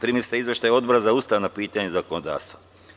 Primili ste izveštaj Odbora za ustavna pitanja i zakonodavstvo.